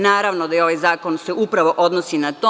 Naravno da se ovaj zakon upravo odnosi na to.